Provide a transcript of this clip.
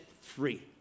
free